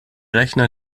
rechner